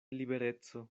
libereco